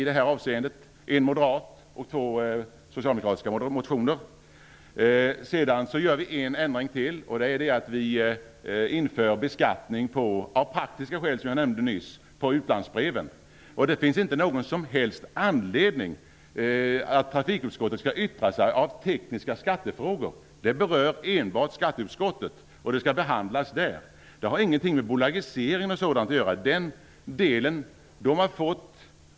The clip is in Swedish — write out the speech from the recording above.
Det är en moderat och två socialdemokratiska motioner. Sedan gör vi en ändring till. Av praktiska skäl, som jag nämnde nyss, inför vi beskattning på utlandsbreven. Det finns inte någon som helst anledning att trafikutskottet skall yttra sig om tekniska skattefrågor. De berör enbart skatteutskottet, och de skall behandlas där. Detta har ingenting med bolagiseringen att göra.